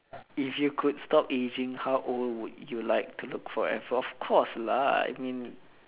if you could stop aging how old would you like to look forever of course lah I mean